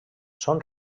són